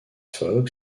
fogg